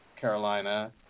Carolina